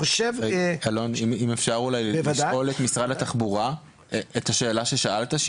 אם אפשר אולי לשאול את משרד התחבורה את השאלה ששאלת,